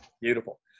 beautiful